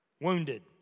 wounded